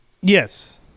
Yes